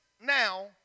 now